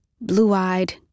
blue-eyed